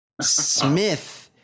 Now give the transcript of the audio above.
Smith